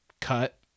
cut